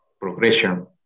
progression